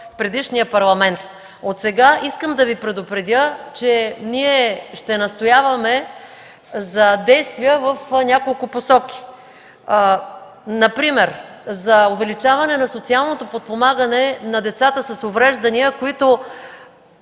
в предишния Парламент. Отсега искам да Ви предупредя, че ще настояваме за действия в няколко посоки, например за увеличаване на социалното подпомагане на децата с увреждания, които